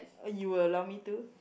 uh you will allow me to